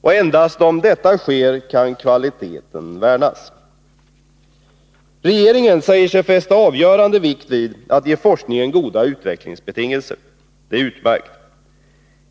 Och endast om detta sker kan kvaliteten värnas. Regeringen säger sig fästa avgörande vikt vid att ge forskningen goda utvecklingsbetingelser. Det är utmärkt.